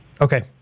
Okay